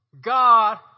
God